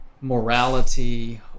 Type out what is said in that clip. morality